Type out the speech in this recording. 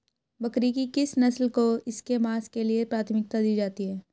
बकरी की किस नस्ल को इसके मांस के लिए प्राथमिकता दी जाती है?